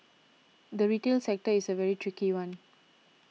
the retail sector is a very tricky one